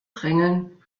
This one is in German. drängeln